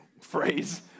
phrase